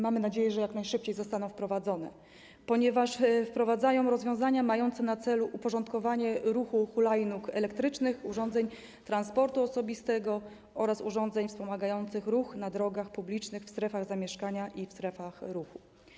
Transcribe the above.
Mamy nadzieję, że jak najszybciej zostaną wprowadzone, ponieważ zawierają rozwiązania mające na celu uporządkowanie ruchu hulajnóg elektrycznych, urządzeń transportu osobistego oraz urządzeń wspomagających ruch na drogach publicznych w strefach zamieszkania i w strefach ruchu.